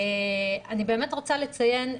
אני באמת רוצה לציין,